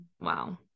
wow